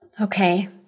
Okay